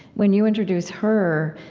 when you introduce her,